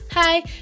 hi